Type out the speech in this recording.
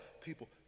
people